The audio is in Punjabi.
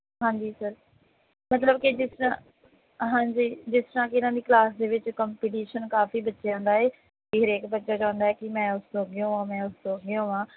ਹਾਂਜੀ ਸਰ ਮਤਲਬ ਕਿ ਜਿਸ ਤਰ੍ਹਾਂ ਹਾਂਜੀ ਜਿਸ ਤਰ੍ਹਾਂ ਕਿ ਇਹਨਾਂ ਦੀ ਕਲਾਸ ਦੇ ਵਿੱਚ ਕੰਪੀਟੀਸ਼ਨ ਕਾਫੀ ਬੱਚਿਆਂ ਦਾ ਹੈ ਵੀ ਹਰੇਕ ਬੱਚਾ ਚਾਹੁੰਦਾ ਕਿ ਮੈਂ ਉਸ ਤੋਂ ਅੱਗੇ ਹੋਵਾਂ ਮੈਂ ਉਸ ਤੋਂ ਅੱਗੇ ਹੋਵਾਂ